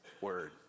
word